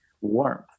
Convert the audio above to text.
warmth